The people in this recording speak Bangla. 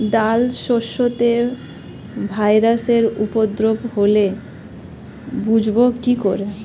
ডাল শস্যতে ভাইরাসের উপদ্রব হলে বুঝবো কি করে?